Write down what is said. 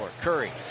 Curry